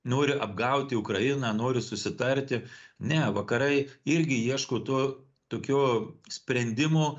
nori apgauti ukrainą nori susitarti ne vakarai irgi ieško to tokio sprendimo